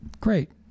Great